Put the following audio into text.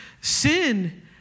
sin